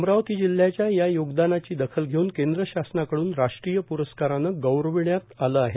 अमरावती जिल्ह्याच्या या योगदानाची दखल घेऊन केंद्र शासनाकडून राष्ट्रीय प्रस्कारानं गौरविण्यात आलं आहे